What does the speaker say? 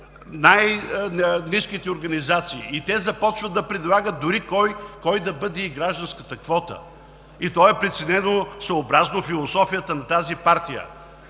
най-ниските организации и започват да предлагат дори кой да бъде гражданската квота, и то е преценено съобразно философията на тази партия.